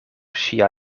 ŝia